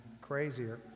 crazier